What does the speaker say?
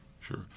sure